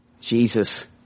Jesus